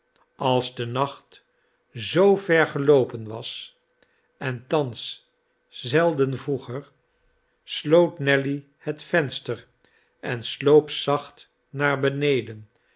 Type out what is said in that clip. als de nacht zoo ver geloopen was en thans zelden vroeger sloot nelly het venster en sloop zacht naar beneden